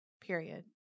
period